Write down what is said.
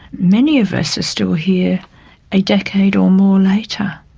many of us are still here a decade or more later.